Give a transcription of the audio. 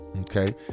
Okay